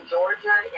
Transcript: Georgia